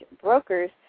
Brokers